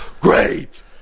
great